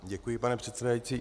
Děkuji, pane předsedající.